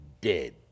dead